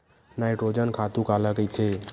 Nitrogen खातु काला कहिथे?